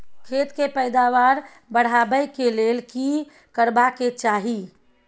खेत के पैदावार बढाबै के लेल की करबा के चाही?